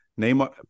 Neymar